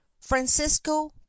FRANCISCO